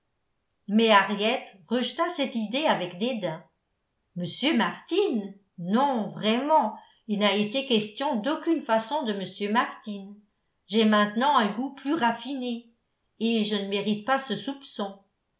mais henriette rejeta cette idée avec dédain m martin non vraiment il n'a été question d'aucune façon de m martin j'ai maintenant un goût plus raffiné et je ne mérite pas ce soupçon